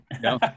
No